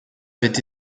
avait